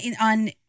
on